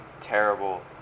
terrible